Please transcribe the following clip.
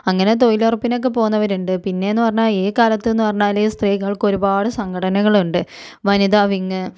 അങ്ങനെ തൊഴിലൊറപ്പിനൊക്കെ പോകുന്നവരുണ്ട് പിന്നേന്ന് പറഞ്ഞാൽ ഈ കാലത്തെന്ന് പറഞ്ഞാല് സ്ത്രീകൾക്ക് ഒരുപാട് സംഘടനകളുണ്ട് വനിതാ വിങ്